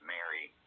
Mary